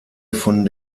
von